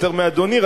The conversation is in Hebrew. יותר מאדוני,